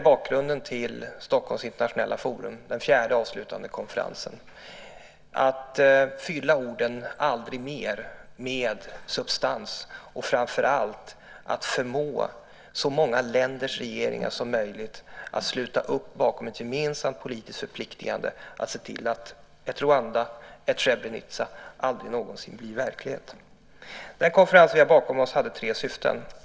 Bakgrunden till Stockholms Internationella Forum, den fjärde och avslutande konferensen, var att fylla orden "aldrig mer" med substans och framför allt att förmå så många länders regeringar som möjligt att sluta upp bakom ett gemensamt politiskt förpliktande och se till att ett Rwanda, ett Srebrenica aldrig någonsin mer blir verklighet. Den konferens vi har bakom oss hade tre syften.